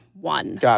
one